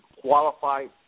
qualified